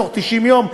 בתוך 90 יום,